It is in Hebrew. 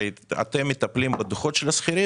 אתם מטפלים בדוחות של השכירים,